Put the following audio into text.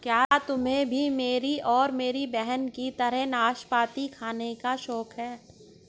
क्या तुम्हे भी मेरी और मेरी बहन की तरह नाशपाती खाने का शौक है?